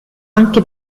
anche